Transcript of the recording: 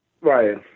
Right